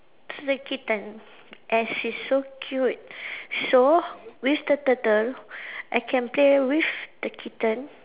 the kitten as it's so cute so with the turtle I can play with the kitten